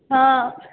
हँ